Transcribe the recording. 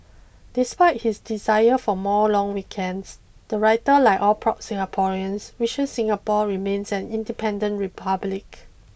despite his desire for more long weekends the writer like all proud Singaporeans wishes Singapore remains an independent republic